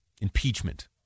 impeachment